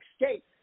escape